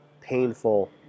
painful